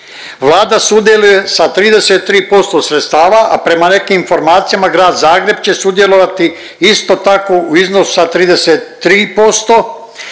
Vlada sudjeluje sa 33% sredstava, a prema nekim informacijama Grad Zagreb će sudjelovati isto tako u iznosu sa 33%